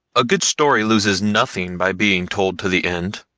a good story loses nothing by being told to the end.